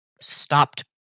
stopped